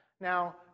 Now